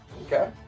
Okay